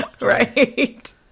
Right